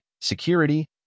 security